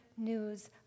news